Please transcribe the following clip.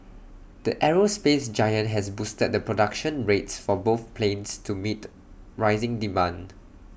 the aerospace giant has boosted the production rates for both planes to meet rising demand